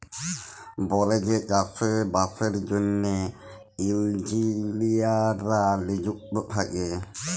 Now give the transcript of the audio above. বলেযে চাষে বাসের জ্যনহে ইলজিলিয়াররা লিযুক্ত থ্যাকে